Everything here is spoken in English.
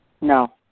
No